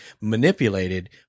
manipulated